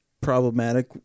problematic